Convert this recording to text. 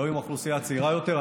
לא עם האוכלוסייה הצעירה יותר.